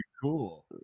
cool